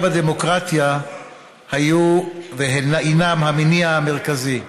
בדמוקרטיה היו והינן המניע המרכזי.